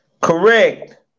Correct